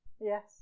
Yes